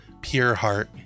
Pureheart